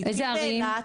איזה ערים?